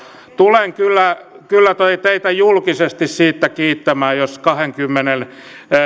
tulen kyllä kyllä teitä julkisesti siitä kiittämään jos kahdellakymmenellä